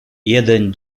jeden